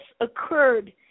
occurred